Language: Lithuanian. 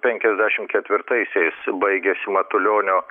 penkiasdešimt ketvirtaisiais baigiasi matulionio